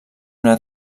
una